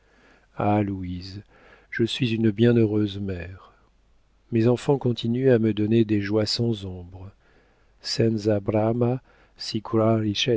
louise je suis une bienheureuse mère mes enfants continuent à me donner des joies sans ombre